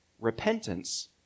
Repentance